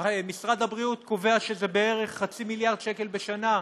משרד הבריאות קובע שזה בערך חצי מיליארד שקל בשנה,